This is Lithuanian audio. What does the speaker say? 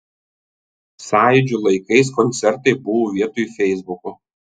sąjūdžio laikais koncertai buvo vietoj feisbuko